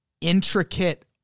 intricate